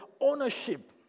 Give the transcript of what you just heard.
ownership